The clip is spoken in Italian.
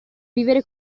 vivere